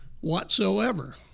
whatsoever